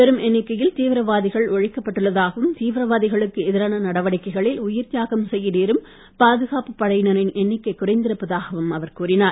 பெரும் எண்ணிக்கையில் தீவிரவாதிகள் ஒழிக்கப்பட்டுள்ளதாகவும் தீவிரவாதிகளக்கு எதிரான நடவடிக்கைகளில் உயிர்த் தியாகம் செய்ய நேரும் பாதுகாப்புப் படையினரின் எண்ணிக்கை குறைந்திருப்பதாகவும் அவர் கூறினார்